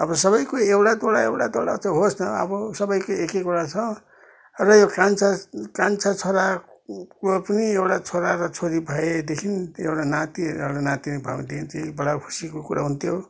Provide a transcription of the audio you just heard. अब सबैको एउटा दुईटा एउटा दुईटा त होस् न अब सबैको एक एकवटा छ र यो कान्छा कान्छा छोराको पनि एउटा छोरा र छोरी भए देखिन एउटा नाति एउटा नातिनी भयो भने देखिन् चाहिँ त्यो बडा खुसीको कुरा हुन्थ्यो